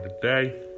today